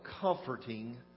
comforting